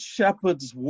Shepherd's